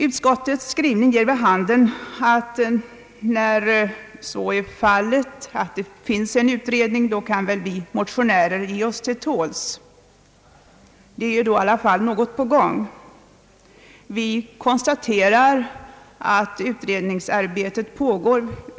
Utskottets skrivning ger vid handen att när nu så är förhållandet att det finns en utredning kan väl vi motionärer ge oss till tåls; något är ändå på gång.